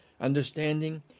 understanding